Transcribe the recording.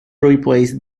replaced